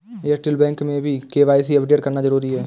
Airtel bank में भी KYC update करना जरूरी है